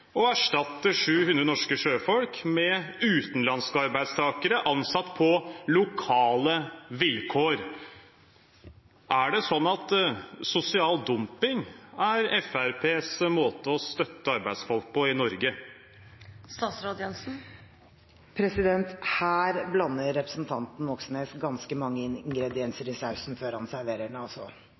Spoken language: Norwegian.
å erstatte 700 norske sjøfolk med utenlandske arbeidstakere ansatt på lokale vilkår? Er det slik at sosial dumping er Fremskrittspartiets måte å støtte arbeidsfolk på i Norge? Her blander representanten Moxnes ganske mange ingredienser i sausen før han serverer